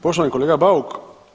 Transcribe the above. Poštovani kolega Bauk.